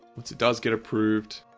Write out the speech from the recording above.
once it does get approved